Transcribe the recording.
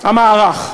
המערך.